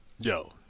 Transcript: Yo